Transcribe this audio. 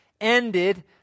ended